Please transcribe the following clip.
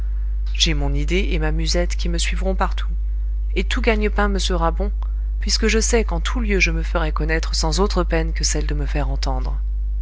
j'ai mon idée et ma musette qui me suivront partout et tout gagne-pain me sera bon puisque je sais qu'en tous lieux je me ferai connaître sans autre peine que celle de me faire entendre